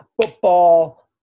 football